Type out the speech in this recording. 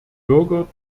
bürger